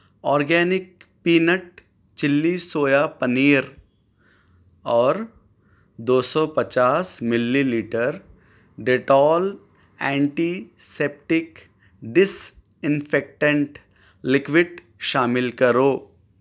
organic peanut chilli soya paneer اور دو سو پچاس millilitre Dettol antiseptic disinfectant liquid شامل کرو